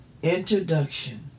Introduction